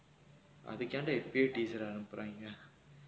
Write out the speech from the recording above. அதுக்கு ஏன்டா இப்பவே:athukku yaenndaa ippavae teaser ah அனுப்புறாங்க:anuppuraanga